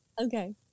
Okay